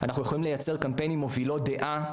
אנחנו יכולים לייצר קמפיינים מובילות דעה,